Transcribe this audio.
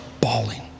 bawling